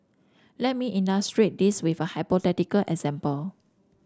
let me illustrate this with a hypothetical example